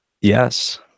Yes